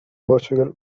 portugal